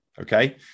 Okay